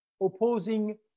opposing